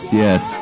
yes